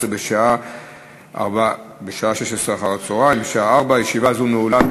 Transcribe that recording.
בשעה 16:00. ישיבה זו נעולה.